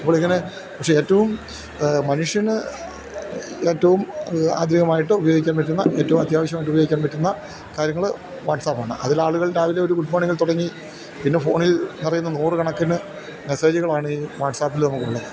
അപ്പോളിങ്ങനെ പക്ഷെ ഏറ്റവും മനുഷ്യന് ഏറ്റവും ആധുനികമായിട്ട് ഉപയോഗിക്കാൻ പറ്റുന്ന ഏറ്റവും അത്യാവശ്യമായിട്ട് ഉപയോഗിക്കാൻ പറ്റുന്ന കാര്യങ്ങള് വാട്സാപ്പാണ് അതിലാളുകൾ രാവിലെ ഒരു ഗുഡ് മോണിങ്ങിൽ തുടങ്ങി പിന്നെ ഫോണിൽ നിറയുന്ന നൂറുകണക്കിന് മെസ്സേജുകളാണ് ഈ വാട്സാപ്പിൽനിന്നുള്ളത്